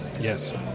Yes